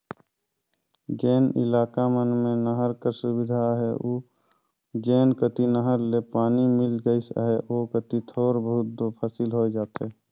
जेन इलाका मन में नहर कर सुबिधा अहे अउ जेन कती नहर ले पानी मिल गइस अहे ओ कती थोर बहुत दो फसिल होए जाथे